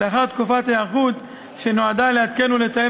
לאחר תקופת היערכות שנועדה לעדכן ולתאם